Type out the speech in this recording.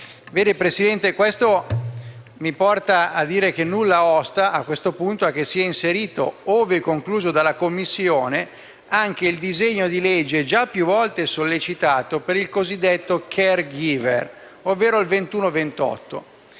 signor Presidente, questo mi porta a dire che nulla osta, a questo punto, che sia inserito «ove concluso dalla Commissione» anche il disegno di legge già più volte sollecitato per il cosiddetto *caregiver*, Atto Senato 2128;